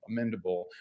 amendable